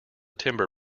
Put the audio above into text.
timber